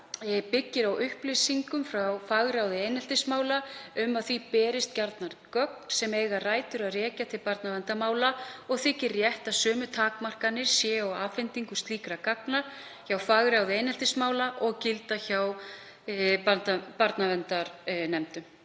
byggist á upplýsingum frá fagráði eineltismála um að því berist gjarnan gögn sem eiga rætur að rekja til barnaverndarmála og þykir rétt að sömu takmarkanir séu á afhendingu slíkra gagna hjá fagráði eineltismála og gilda hjá barnaverndarnefndum.